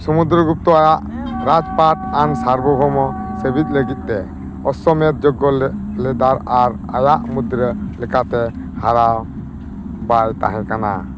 ᱥᱚᱢᱩᱫᱨᱚᱜᱩᱯᱛᱚ ᱟᱭᱟᱜ ᱨᱟᱡᱽᱯᱟᱴ ᱟᱱ ᱥᱟᱨᱵᱚᱵᱷᱳᱣᱢᱚ ᱥᱮᱞᱮᱫ ᱞᱟᱹᱜᱤᱫ ᱛᱮ ᱚᱥᱥᱚᱢᱮᱫᱽ ᱡᱚᱜᱽᱜᱚ ᱞᱮᱫ ᱞᱮᱫᱟ ᱟᱨ ᱟᱭᱟᱜ ᱢᱩᱫᱨᱟ ᱞᱮᱠᱟᱛᱮ ᱦᱟᱨᱟᱣ ᱵᱟᱭ ᱛᱟᱦᱮᱸ ᱠᱟᱱᱟ